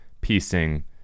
piecing